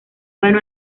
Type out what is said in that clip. ganó